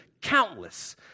countless